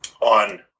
on